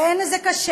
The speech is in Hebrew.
כן, זה קשה,